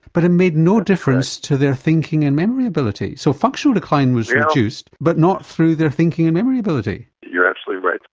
but it made no difference to their thinking and memory ability, so functional decline was reduced but not through their thinking and memory ability. you're absolutely right.